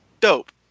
Dope